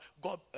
God